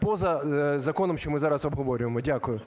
поза законом, що ми зараз обговорюємо. Дякую.